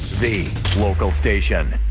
the local station.